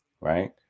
right